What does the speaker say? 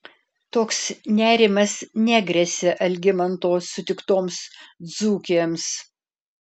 toks nerimas negresia algimanto sutiktoms dzūkėms